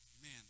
Amen